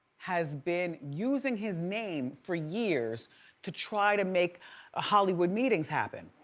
has been using his name for years to try to make hollywood meetings happen